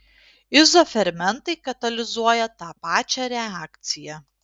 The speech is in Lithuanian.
izofermentai katalizuoja tą pačią reakciją